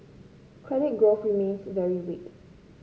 credit growth remains very weak